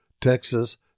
Texas